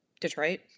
Detroit